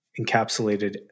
encapsulated